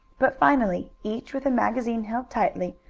but finally, each with a magazine held tightly,